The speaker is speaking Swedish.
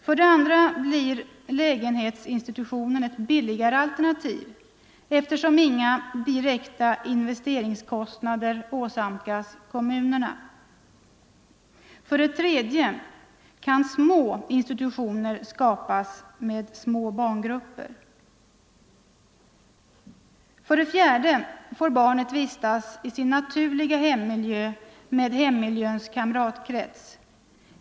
För det andra blir lägenhetsinstitutionen ett billigare alternativ, eftersom inga direkta investeringskostnader åsamkas kommunerna. För det tredje kan små institutioner skapas med små barngrupper. För det fjärde får barnet vistas i sin naturliga hemmiljö med hemmiljöns kamratkrets.